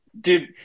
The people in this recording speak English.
Dude